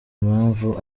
impamvu